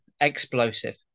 explosive